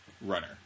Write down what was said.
runner